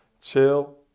Chill